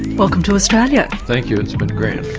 welcome to australia. thank you, it's been grand.